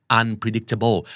unpredictable